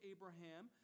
Abraham